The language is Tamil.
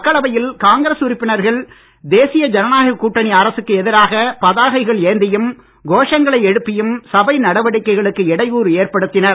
மக்களவையில் காங்கிரஸ் உறுப்பினர்கள் தேசிய ஜனநாயகக் கூட்டணி அரசுக்கு எதிராக பதாகைகள் ஏந்தியும் கோஷங்களை எழுப்பியும் சபை நடவடிக்கைகளுக்கு இடையூறு ஏற்படுத்தினர்